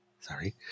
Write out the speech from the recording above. sorry